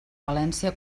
valència